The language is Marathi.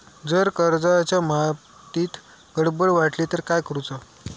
जर कर्जाच्या माहितीत गडबड वाटली तर काय करुचा?